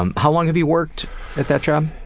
um how long have you worked at that job?